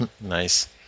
Nice